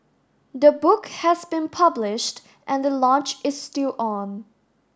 the book has been published and the launch is still on